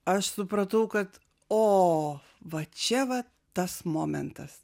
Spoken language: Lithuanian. aš supratau kad o va čia va tas momentas